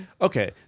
okay